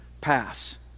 pass